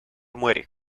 muere